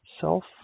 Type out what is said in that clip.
self